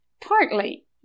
Partly